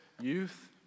youth